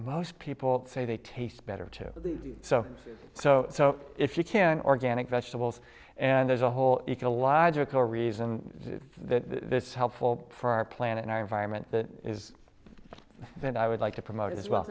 most people say they taste better too so so so if you can organic vegetables and there's a whole ecological reason that this helpful for our planet in our environment that is then i would like to promote it as well